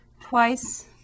twice